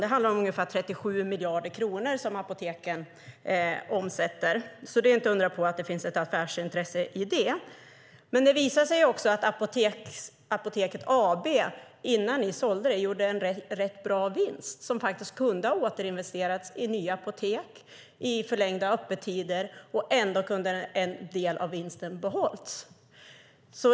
Det handlar om ungefär 37 miljarder kronor som apoteken omsätter, så det är inte undra på att det finns ett affärsintresse i detta. Det visar sig också att Apoteket AB innan ni sålde gjorde en rätt bra vinst - pengar som kunde ha återinvesterats i nya apotek och i förlängda öppettider. Ändå kunde en del av vinsten ha behållits.